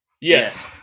yes